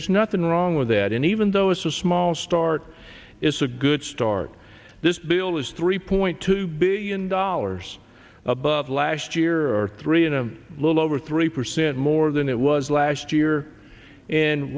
it's nothing wrong with that and even though it's a small start it's a good start this bill is three point two billion dollars above last year or three and a little over three percent more than it was last year and